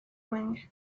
wing